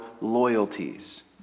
loyalties